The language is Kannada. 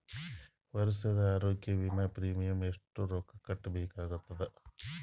ವರ್ಷದ ಆರೋಗ್ಯ ವಿಮಾ ಪ್ರೀಮಿಯಂ ಎಷ್ಟ ರೊಕ್ಕ ಕಟ್ಟಬೇಕಾಗತದ?